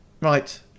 Right